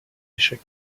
échec